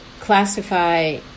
classify